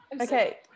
okay